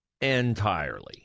entirely